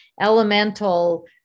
elemental